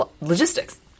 logistics